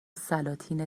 سلاطین